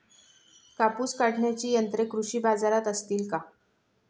कापूस काढण्याची यंत्रे कृषी बाजारात असतील का?